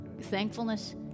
thankfulness